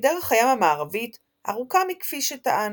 וכי דרך הים המערבית ארוכה מכפי שטען.